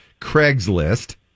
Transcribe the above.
Craigslist